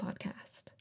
podcast